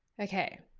okay.